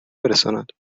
برساند